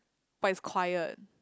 but is quiet